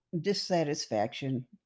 dissatisfaction